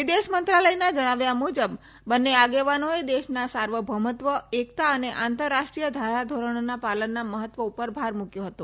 વિદેશ મંત્રાલયના જણાવ્યા મુજબ બન્ને આગેવાનોએ દેશના સાર્વભૌમત્વ એકતા તથા આંતરરાષ્ટ્રીય ધારાધોરણોના પાલનના મહત્વ ઉપર ભાર મુક્યો હતો